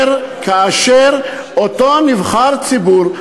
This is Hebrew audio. אותו נבחר ציבור,